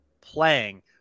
playing